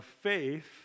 faith